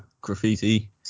graffiti